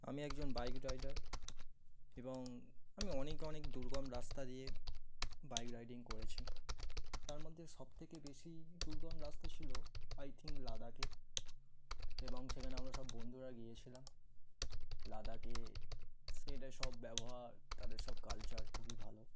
আমি একজন bike rider এবং আমি অনেক অনেক দুর্গম রাস্তা দিয়ে বাইক রাইডিং করেছি তার মধ্যে সবথেকে বেশি দুর্গম রাস্তা ছিল আই থিঙ্ক লাদাখে এবং সেখানে আমরা সব বন্ধুরা গিয়েছিলাম লাদাখে সেটার সব ব্যবহার তাদের সব কালচার খুবই ভালো